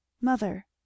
Mother